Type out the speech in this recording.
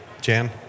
Jan